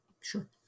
sure